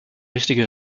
richtige